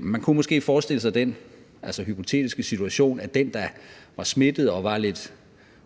Man kunne måske forestille sig den hypotetiske situation, at den, der var smittet og var lidt